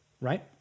Right